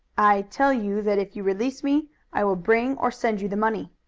i tell you that if you release me i will bring or send you the money.